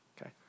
okay